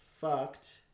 fucked